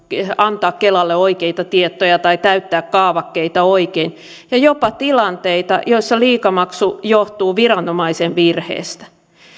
antaa kelalle oikeita tietoja tai täyttää kaavakkeita oikein ja jopa tilanteita joissa liikamaksu johtuu viranomaisen virheestä